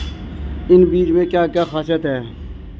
इन बीज में क्या क्या ख़ासियत है?